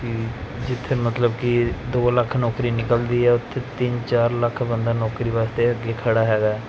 ਕਿ ਜਿੱਥੇ ਮਤਲਬ ਕਿ ਦੋ ਲੱਖ ਨੌਕਰੀ ਨਿਕਲਦੀ ਹੈ ਉੱਥੇ ਤਿੰਨ ਚਾਰ ਲੱਖ ਬੰਦਾ ਨੌਕਰੀ ਵਾਸਤੇ ਅੱਗੇ ਖੜ੍ਹਾ ਹੈਗਾ